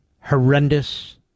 horrendous